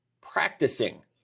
practicing